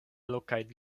lokaj